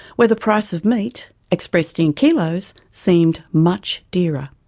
where the price of meat, expressed in kilos, seemed much dearer.